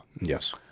Yes